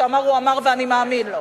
שאמר: הוא אמר ואני מאמין לו.